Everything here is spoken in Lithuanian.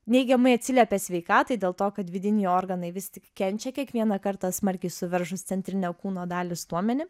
neigiamai atsiliepia sveikatai dėl to kad vidiniai organai vis tik kenčia kiekvieną kartą smarkiai suveržus centrinę kūno dalį stuomenį